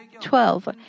twelve